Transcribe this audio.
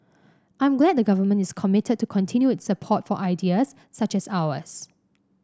I'm glad the Government is committed to continue its support for ideas such as ours